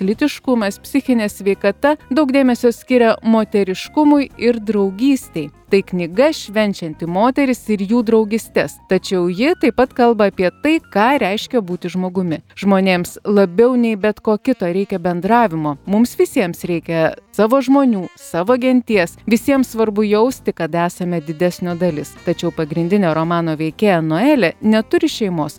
lytiškumas psichinė sveikata daug dėmesio skiria moteriškumui ir draugystei tai knyga švenčianti moteris ir jų draugystes tačiau ji taip pat kalba apie tai ką reiškia būti žmogumi žmonėms labiau nei bet ko kito reikia bendravimo mums visiems reikia savo žmonių savo genties visiems svarbu jausti kad esame didesnė dalis tačiau pagrindinė romano veikėja nuelė neturi šeimos